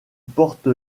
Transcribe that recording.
porte